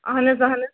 اہن حظ اہن حظ